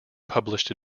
published